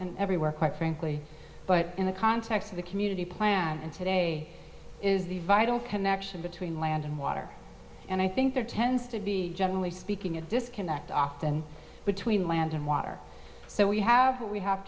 and everywhere quite frankly but in the context of the community plan and today is the vital connection between land and water and i think there tends to be generally speaking a disconnect often between land and water that we have what we have